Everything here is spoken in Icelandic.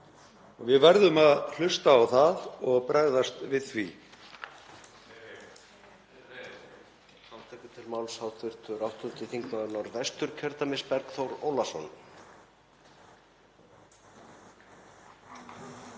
Við verðum að hlusta á það og bregðast við því.